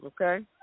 Okay